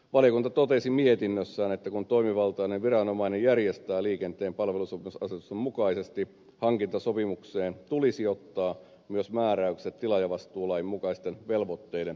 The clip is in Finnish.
valiokunta totesi mietinnössään että kun toimivaltainen viranomainen järjestää liikenteen palvelusopimusasetuksen mukaisesti hankintasopimukseen tulisi ottaa myös määräykset tilaajavastuulain mukaisten velvoitteiden täyttymisestä